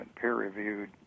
peer-reviewed